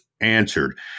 answered